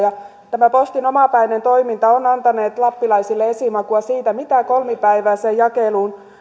tämä postin omapäinen toiminta on antanut lappilaisille esimakua siitä mitä kolmipäiväiseen jakeluun